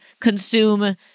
consume